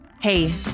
Hey